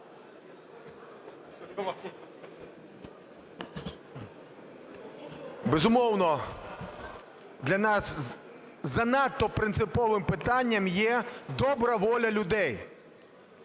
Безумовно, для нас занадто принциповим питанням є добра воля людей,